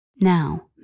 Now